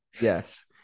Yes